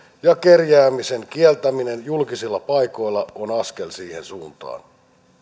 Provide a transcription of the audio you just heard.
ja kerjäämisen kieltäminen julkisilla paikoilla on askel siihen suuntaan